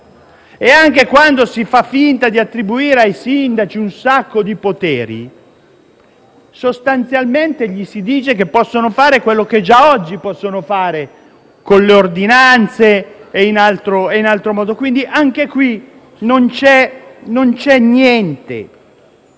e anche quando si fa finta di attribuire ai sindaci molti poteri, sostanzialmente gli si dice che possono fare quanto già oggi è previsto con le ordinanze e in altro modo. Quindi, anche in tal caso, non c'è niente